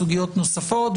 סוגיות נוספות,